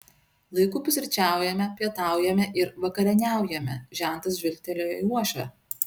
laiku pusryčiaujame pietaujame ir vakarieniaujame žentas žvilgtelėjo į uošvę